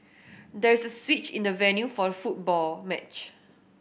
there is a switch in the venue for the football match